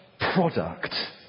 product